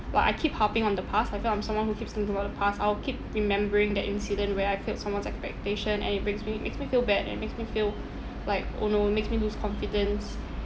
like I keep harping on the past I feel like I'm someone who keeps thinking about the past I will keep remembering that incident where I failed someone's expectation and it makes me makes me feel bad and makes me feel like oh no it makes me lose confidence